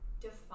define